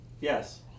Yes